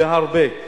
בהרבה.